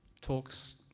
talks